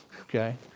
Okay